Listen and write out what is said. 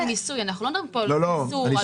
מדברים על מיסוי, לא על איסור.